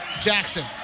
Jackson